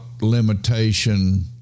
limitation